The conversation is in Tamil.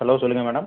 ஹலோ சொல்லுங்க மேடம்